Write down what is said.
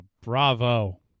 Bravo